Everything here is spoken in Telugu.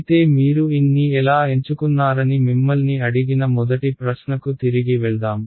అయితే మీరు n ని ఎలా ఎంచుకున్నారని మిమ్మల్ని అడిగిన మొదటి ప్రశ్నకు తిరిగి వెళ్దాం